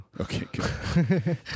Okay